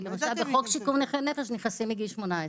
כי למשל בחוק שיקום נכי נפש נכנסים מגיל 18,